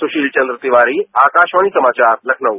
सूशील चंद्रतिवारी आकाशवाणी समाचार लखनऊ